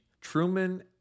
Truman